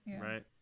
right